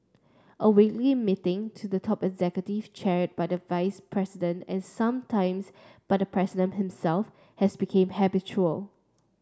a weekly meeting to the top executives chair by vice presidents and sometimes by the president himself has become habitual